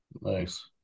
Nice